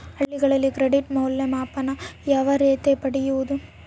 ಹಳ್ಳಿಗಳಲ್ಲಿ ಕ್ರೆಡಿಟ್ ಮೌಲ್ಯಮಾಪನ ಯಾವ ರೇತಿ ಪಡೆಯುವುದು?